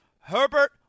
Herbert